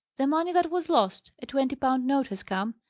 the money that was lost. a twenty-pound note has come.